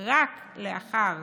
רק לאחר